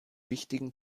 wichtigen